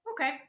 okay